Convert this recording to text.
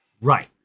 Right